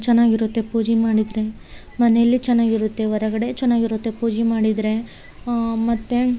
ಚೆನ್ನಾಗಿರುತ್ತೆ ಪೂಜೆ ಮಾಡಿದರೆ ಮನೇಯಲ್ಲಿ ಚೆನ್ನಾಗಿರುತ್ತೆ ಹೊರಗಡೆ ಚೆನ್ನಾಗಿರುತ್ತೆ ಪೂಜೆ ಮಾಡಿದರೆ ಮತ್ತು